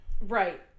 Right